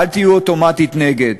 אל תהיו אוטומטית נגד,